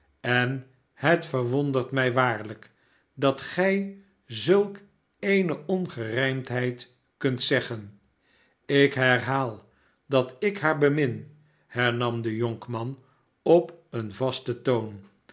en het verwondert mij waarlijk dat gij zulk eene ongerijmdheid kunt zeggen ik herhaal dat ik haar bemin hernam de jonkman op een vasten toon